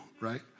Right